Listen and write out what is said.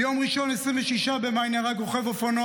ביום ראשון 26 במאי נהרג רוכב אופנוע